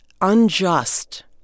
unjust